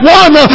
one